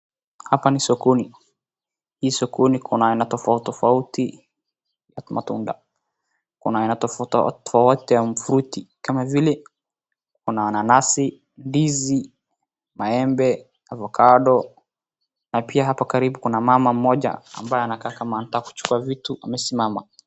Hapa ni sokoni. Hii sokoni kuna aina tofauti ya matunda. Kuna aina tofauti tofauti ya fruit kama vile kuna mananasi, ndizi, maembe, avocado na pia hapa karibu kuna mama mmoja ambaye anakaa kama anataka kuchukua vitu amesimama.